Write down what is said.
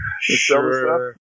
Sure